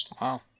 Wow